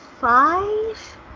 five